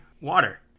water